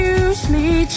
usually